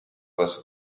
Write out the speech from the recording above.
was